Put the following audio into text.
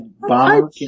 bomb